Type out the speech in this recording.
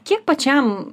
kiek pačiam